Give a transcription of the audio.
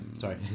sorry